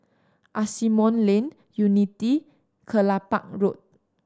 Asimont Lane Unity Kelopak Road